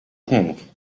think